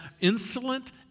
insolent